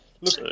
Look